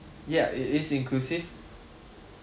ya it is inclusive